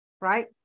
right